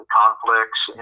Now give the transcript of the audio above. conflicts